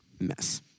mess